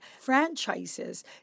franchises